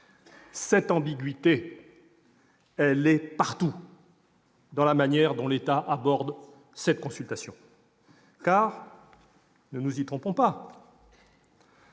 Cette ambiguïté, elle est partout dans la manière dont l'État aborde cette consultation. Ne nous y trompons pas,